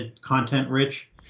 content-rich